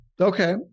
okay